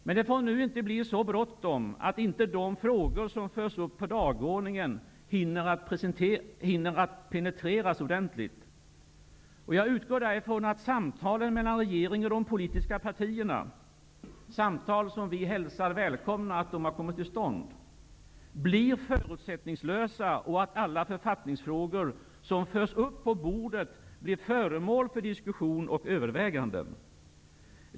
Men det får inte nu bli så bråttom, att inte de frågor, som förs upp på dagordningen, hinner att penetreras ordenligt. Jag utgår också ifrån att samtalen mellan regeringen och de politiska partierna -- vi välkomnar att dessa samtal kommit till stånd -- blir förutsättningslösa och att alla författningsfrågor som förs upp på bordet blir föremål för diskussion och överväganden.